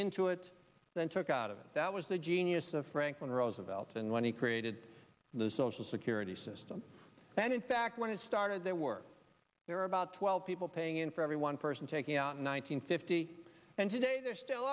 into it than took out of it that was the genius of franklin roosevelt and when he created the social security system that in fact when it started there were there are about twelve people paying in for every one person taking out nine hundred fifty and today there still